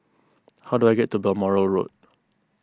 how do I get to Balmoral Road